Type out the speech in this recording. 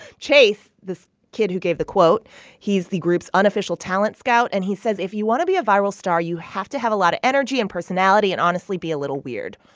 chase, this kid who gave the quote he's the group's unofficial talent scout. and he says, if you want to be a viral star, you have to have a lot of energy and personality and honestly be a little weird.